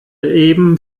eben